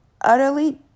utterly